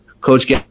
Coach